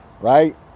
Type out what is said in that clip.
right